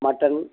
mutton